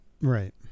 Right